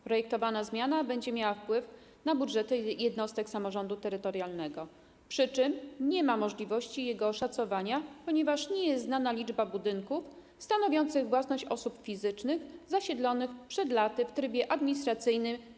Projektowana zmiana będzie miała wpływ na budżety jednostek samorządu terytorialnego, przy czym nie ma możliwości jego oszacowania, ponieważ nie jest znana liczba budynków stanowiących własność osób fizycznych zasiedlonych przed laty w trybie administracyjnym.